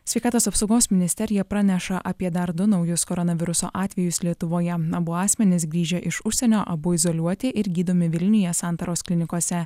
sveikatos apsaugos ministerija praneša apie dar du naujus koronaviruso atvejus lietuvoje abu asmenys grįžę iš užsienio abu izoliuoti ir gydomi vilniuje santaros klinikose